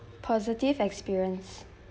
positive experience